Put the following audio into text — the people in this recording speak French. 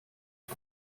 est